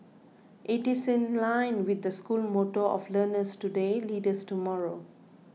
it is in line with the school motto of learners today leaders tomorrow